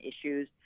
issues